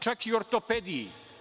Čak i u ortopediji.